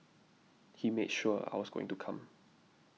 he made sure I was going to come